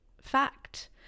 fact